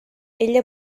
ella